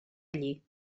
allí